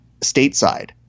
stateside